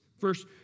Verse